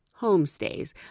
homestays